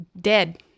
dead